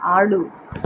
ఆడు